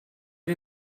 wir